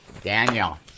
Daniel